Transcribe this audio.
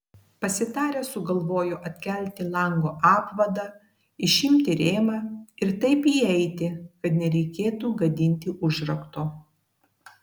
pasitarę sugalvojo atkelti lango apvadą išimti rėmą ir taip įeiti kad nereikėtų gadinti užrakto